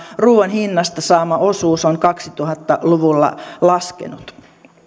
ruuan hinnasta saama osuus on kaksituhatta luvulla laskenut